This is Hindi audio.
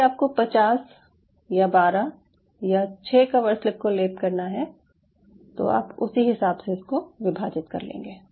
यदि आपको 50 या 12 या 6 कवरस्लिप को लेप करना है तो आप उसी हिसाब से इसको विभाजित कर लेंगे